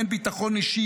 אין ביטחון אישי,